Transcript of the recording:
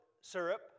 syrup